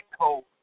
cold